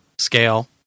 scale